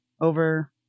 over